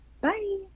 Bye